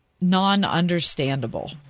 non-understandable